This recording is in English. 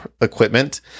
equipment